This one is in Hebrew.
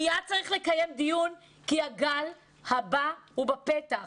מייד צריך לקיים דיון כי הגל הבא בפתח.